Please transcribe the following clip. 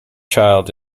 child